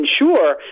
ensure